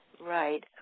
Right